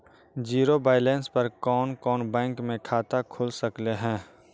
Zero balance पर कोन कोन बैंक में खाता खुल सकले हे?